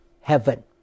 heaven